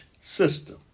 system